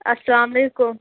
السلام علیکُم